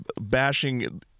bashing